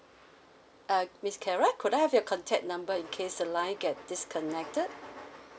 uh miss clara could I have your contact number in case the line get disconnected